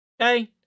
Okay